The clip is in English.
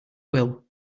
will